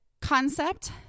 concept